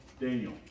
Daniel